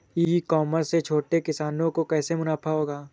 ई commerce से छोटे किसानों को कैसे मुनाफा होगा?